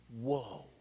whoa